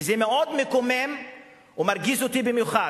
וזה מאוד מקומם ומרגיז אותי במיוחד,